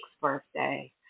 birthday